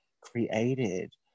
created